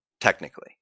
technically